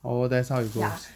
oh that's how it goes